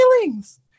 feelings